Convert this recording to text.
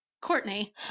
courtney